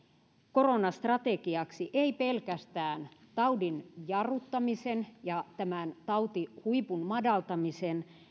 koronastrategiaksi ei pelkästään taudin jarruttamisen ja tämän tautihuipun madaltamisen